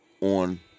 on